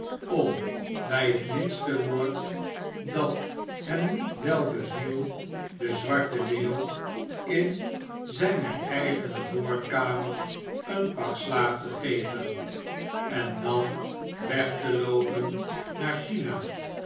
om bij het minste woord dat hem niet wel beviel den z war ten leeuw in zijne eigene voorkamer een pak slaag te geven en dan weg te loopen naar china